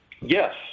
yes